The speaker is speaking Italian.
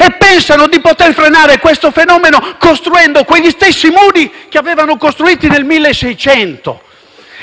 e pensano di poter frenare questo fenomeno costruendo quegli stessi muri che avevano costruito nel 1600.